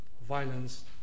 violence